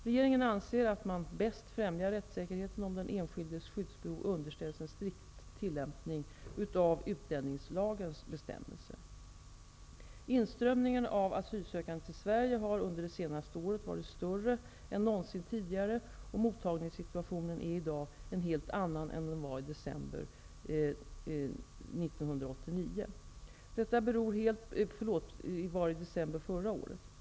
Regeringen anser att man bäst främjar rättssäkerheten om den enskildes skyddsbehov underställs en strikt tillämpning av utlänningslagens bestämmelser. Inströmningen av asylsökande till Sverige har under det senaste året varit större än någonsin tidigare, och mottagningssituationen är i dag en helt annan än den var i december förra året.